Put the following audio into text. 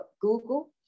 Google